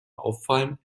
auffallen